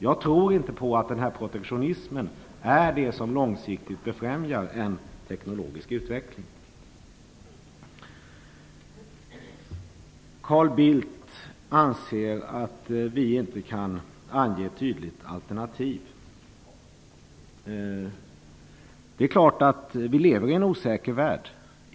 Jag tror inte att en sådan protektionism långsiktigt befrämjar en teknologisk utveckling. Carl Bildt anser att vi inte kan ange ett tydligt alternativ. Det är klart att vi lever i en osäker värld.